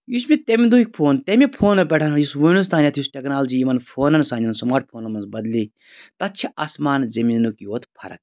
یُس مےٚ تمہِ دۄہ فون تمہِ فونو پیٚٹھ یُس وٕنِس تانۍ یتھ یُس ٹیکنالجی یِمن فونن سانیٚن سماٹ فونن منٛز بدلے تتھ چھِ آسمان زمیٖنُک یوت فرق